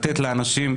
לתת לאנשים.